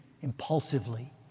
impulsively